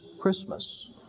Christmas